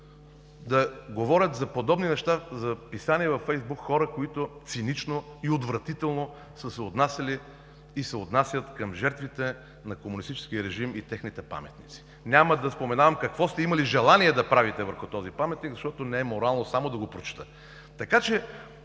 да говорят за подобни неща, за писания във фейсбук хора, които цинично и отвратително са се отнасяли и се отнасят към жертвите на комунистическия режим и техните паметници. Няма да споменавам какво сте имали желание да правите върху този паметник, защото не е морално само да го прочета! Човек,